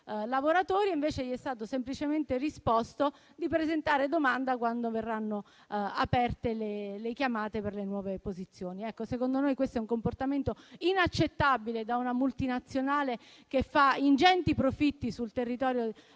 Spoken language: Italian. lavoratori, cui invece è stato semplicemente risposto di presentare domanda quando verranno aperte le chiamate per le nuove posizioni. Secondo noi questo è un comportamento inaccettabile da parte di una multinazionale che fa ingenti profitti sul territorio